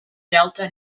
delta